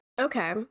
Okay